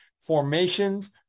formations